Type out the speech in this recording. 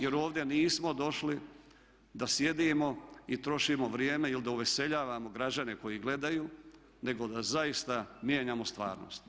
Jer ovdje nismo došli da sjedimo i trošimo vrijeme ili da uveseljavamo građane koji gledaju, nego da zaista mijenjamo stvarnost.